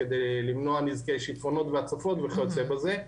כדי למנוע נזקי שיטפונות והצפות וכיוצא בזה,